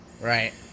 Right